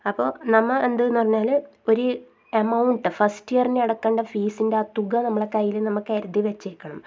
അപ്പോൾ നമ്മൾ എന്തെന്ന് പറഞ്ഞാൽ ഒരു എമൗണ്ട് ഫസ്റ്റ് ഇയറിൻ്റെ അടക്കേണ്ട ഫീസിൻ്റെ ആ തുക നമ്മൾ കയ്യിൽ നമ്മൾ കരുതി വച്ചേക്കണം